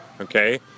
okay